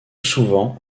souvent